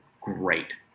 great